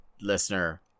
listener